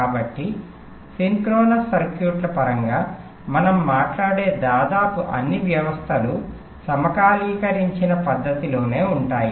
కాబట్టి సింక్రోనస్ సర్క్యూట్ల పరంగా మనం మాట్లాడే దాదాపు అన్ని వ్యవస్థలు సమకాలీకరించిన పద్దతిలోనే ఉంటాయి